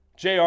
JR